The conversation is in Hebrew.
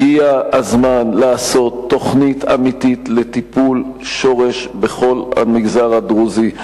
הגיע הזמן לעשות תוכנית אמיתית לטיפול שורש בכל המגזר הדרוזי,